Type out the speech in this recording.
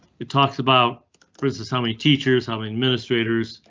it talks about princes. how many teachers have administrators?